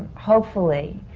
hopefully,